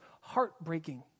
heartbreaking